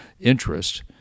interest